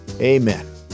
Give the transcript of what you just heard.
amen